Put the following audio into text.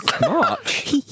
March